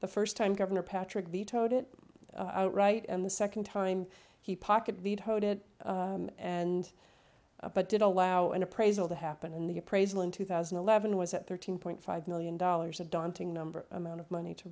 the first time governor patrick vetoed it outright and the second time he pocket vetoed it and but did allow an appraisal to happen in the appraisal in two thousand and eleven was at thirteen point five million dollars a daunting number amount of money to